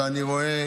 ואני רואה